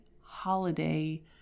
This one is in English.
holiday